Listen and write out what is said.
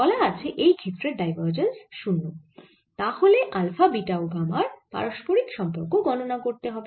বলা আছে এই ক্ষেত্রের ডাইভারজেন্স 0 তাহলে আলফা বিটা ও গামার পারস্পরিক সম্পর্ক গণনা করতে হবে